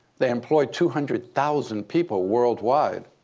they employ two hundred thousand people worldwide.